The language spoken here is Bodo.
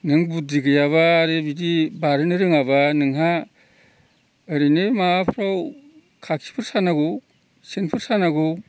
नों बुद्धि गैयाब्ला आरो बिदि बारनो रोङाब्ला नोंहा ओरैनो माबाफ्राव खाखिफोर सानांगौ सेनफोर सानांगौ